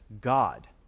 God